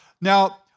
now